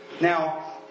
Now